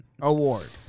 Award